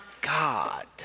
God